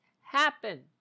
happen